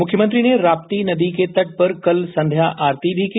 मुख्यमंत्री ने राप्ती नदी के तट पर कल संघ्या आरती भी की